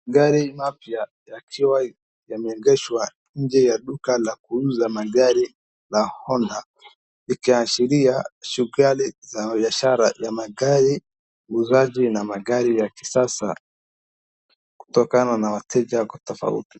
Gari mapya yakiwa yameegeshwa nje ya duka la kuuza magari la Honda likiashiria sukari za biashara ya magari, muuzaji na magari ya kisasa kutokana na wateja tofauti.